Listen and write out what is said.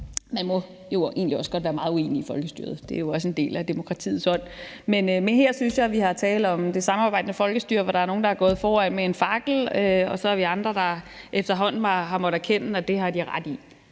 Man må jo egentlig også godt være meget uenige i folkestyret. Det er jo også en del af demokratiet, men her synes jeg, at vi kan tale om det samarbejdende med folkestyre, hvor der er nogle, der er gået foran med en fakkel, og så er vi andre, der efterhånden har måttet erkende, at det har de ret i.